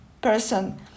person